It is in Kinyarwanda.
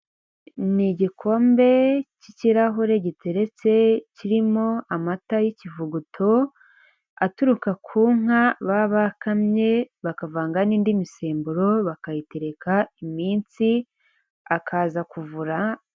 N'igikombe cy'ikirahure giteretse kirimo amata y'ikivuguto aturuka kunka baba bakamye, bakavanga n'indi misemburo bakayitereka iminsi akaza kuvura.